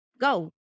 go